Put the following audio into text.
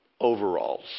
overalls